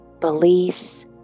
beliefs